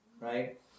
Right